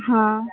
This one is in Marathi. हां